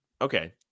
Okay